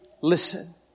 listen